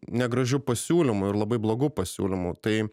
negražiu pasiūlymu ir labai blogu pasiūlymu tai